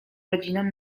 rodzinom